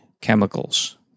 chemicals